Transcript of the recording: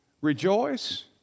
Rejoice